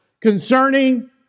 concerning